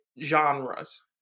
genres